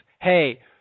hey